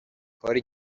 کاری